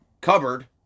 cupboard